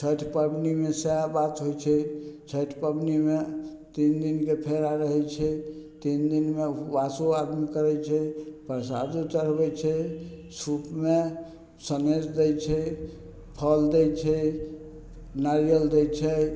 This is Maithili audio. छैठ पबनीमे सएह बात होइ छै छैठ पबनीमे तीन दिनके फेरा रहय छै तीन दिनमे उपवासो आदमी करय छै प्रसादो चढ़बय छै सूपमे सनेस दै छै फल दै छै नारियल दै छै